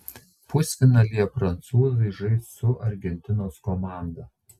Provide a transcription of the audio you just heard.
pusfinalyje prancūzai žais su argentinos komanda